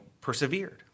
persevered